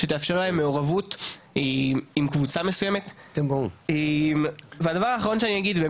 שתאפשר להם מעורבות עם קבוצה מסוימת והדבר האחרון שאני אגיד,